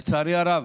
לצערי הרב,